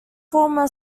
former